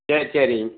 சரி சரி